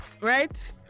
right